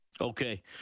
okay